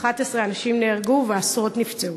11 אנשים נהרגו ועשרות נפצעו.